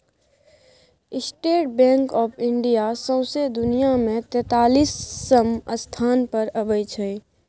state Bank of India सौंसे दुनियाँ मे तेतालीसम स्थान पर अबै छै